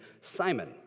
Simon